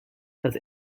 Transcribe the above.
das